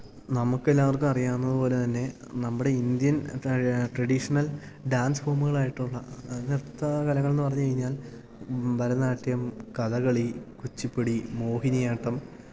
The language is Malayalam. നമുക്കെല്ലാവർക്കും അറിയാവുന്നത് പോലെ തന്നെ നമ്മുടെ ഇന്ത്യൻ ട്രഡീഷ്ണൽ ഡാൻസ് ഫോമുകളായിട്ടുള്ള നൃത്തകലകൾ എന്ന് പറഞ്ഞ് കഴിഞ്ഞാൽ ഭരതനാട്യം കഥകളി കുച്ചിപ്പുടി മോഹിനിയാട്ടം